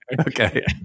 okay